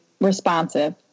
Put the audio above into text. responsive